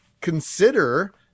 consider